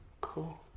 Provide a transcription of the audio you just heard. cool